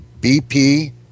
BP